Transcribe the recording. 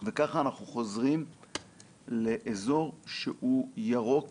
וככה אנחנו חוזרים לאזור שהוא ירוק